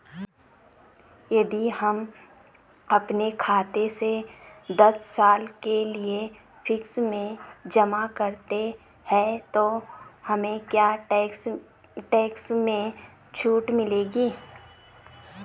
यदि हम अपने खाते से दस साल के लिए फिक्स में जमा करते हैं तो हमें क्या टैक्स में छूट मिलेगी?